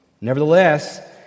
Nevertheless